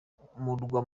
murwa